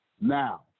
Now